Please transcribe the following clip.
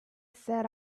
set